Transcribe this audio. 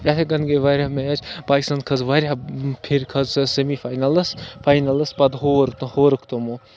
گٔے واریاہ میچ پاکِستان کھٔژ واریاہ پھِرِ کھٔژ سُہ سٮ۪می فاینَلَس فاینَلَس پَتہٕ ہور تہٕ ہورٕکھ تِمو